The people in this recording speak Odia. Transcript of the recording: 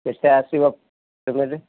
କେତେ ଆସିବ ପେମେଣ୍ଟ୍